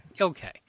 Okay